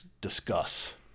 discuss